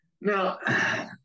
Now